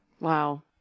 Wow